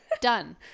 done